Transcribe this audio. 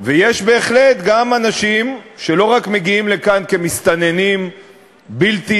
ויש בהחלט גם אנשים שלא רק מגיעים לכאן כמסתננים בלתי